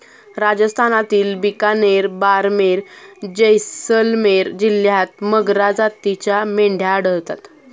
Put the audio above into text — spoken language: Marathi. राजस्थानातील बिकानेर, बारमेर, जैसलमेर जिल्ह्यांत मगरा जातीच्या मेंढ्या आढळतात